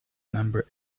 number